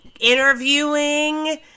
interviewing